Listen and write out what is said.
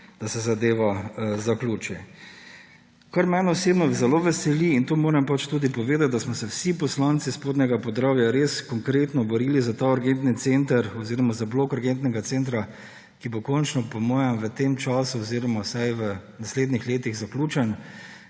da se zadeva zaključi. Kar mene osebno zelo veseli, in to moram tudi povedati, je, da smo se vsi poslanci Spodnjega Podravja res konkretno borili za ta urgentni center oziroma za blok urgentnega centra, ki bo končno, po mojem, v tem času oziroma vsaj v naslednjih letih zaključen.